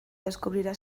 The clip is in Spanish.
descubrirá